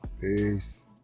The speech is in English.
Peace